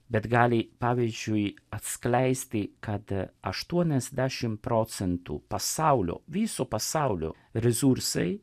bet gali pavyzdžiui atskleisti kad aštuoniasdešim procentų pasaulio viso pasaulio resursai